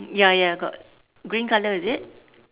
ya ya got green colour is it